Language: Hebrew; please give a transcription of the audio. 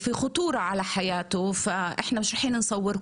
אנחנו בעצם אתמול קיבלנו תשובת